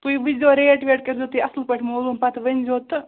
تُہۍ وُچھزیٛو ریٹ ویٹ کٔرۍ زیٛو تُہۍ اصٕل پٲٹھۍ معلوٗم پتہٕ ؤنۍ زیٛو تہٕ